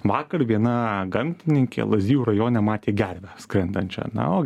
vakar viena gamtininkė lazdijų rajone matė gervę skrendančią na o